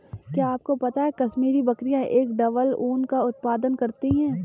क्या आपको पता है कश्मीरी बकरियां एक डबल ऊन का उत्पादन करती हैं?